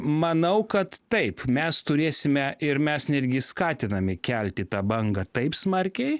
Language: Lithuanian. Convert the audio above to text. manau kad taip mes turėsime ir mes netgi skatinami kelti tą bangą taip smarkiai